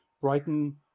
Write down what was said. Brighton